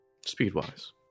Speed-wise